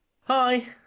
Hi